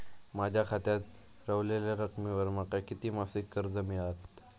माझ्या खात्यात रव्हलेल्या रकमेवर माका किती मासिक कर्ज मिळात?